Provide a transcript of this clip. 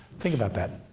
think about that.